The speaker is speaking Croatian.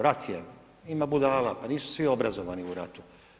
Rat je, ima budala, pa nisu svi obrazovani u ratu.